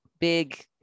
big